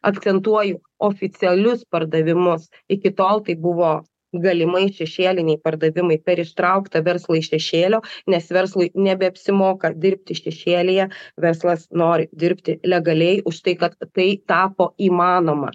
akcentuoju oficialius pardavimus iki tol tai buvo galimai šešėliniai pardavimai per ištrauktą verslą iš šešėlio nes verslui nebeapsimoka dirbti šešėlyje verslas nori dirbti legaliai už tai kad tai tapo įmanoma